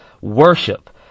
Worship